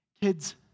Kids